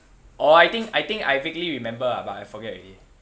oh I think I think I vaguely remember ah but I forget already